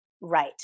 right